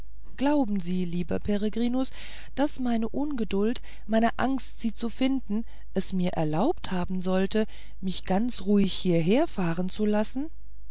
glauben sie lieber peregrinus daß meine ungeduld meine angst sie zu finden es mir erlaubt haben sollte mich ganz ruhig hierherfahren zu lassen